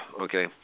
okay